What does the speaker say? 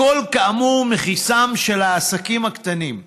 הכול, כאמור, מכיסם של העסקים הקטנים.